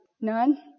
none